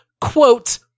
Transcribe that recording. quote